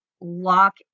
lock